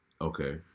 Okay